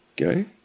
Okay